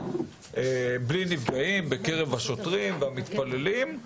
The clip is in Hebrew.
בלי נפגעים בקרב השוטרים והמתפללים.